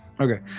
Okay